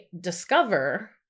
discover